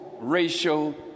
racial